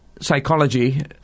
Psychology